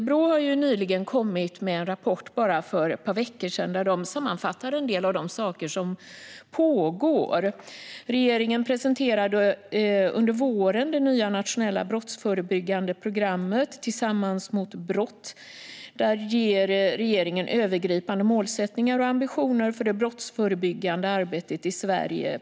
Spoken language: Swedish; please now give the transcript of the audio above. Brå kom för bara ett par veckor sedan med en rapport där de sammanfattar en del av de saker som pågår: Regeringen presenterade under våren det nya nationella brottsförebyggande programmet Tillsammans mot brott . Där ger regeringen övergripande målsättningar och ambitioner för det brottsförebyggande arbetet i Sverige.